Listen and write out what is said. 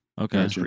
Okay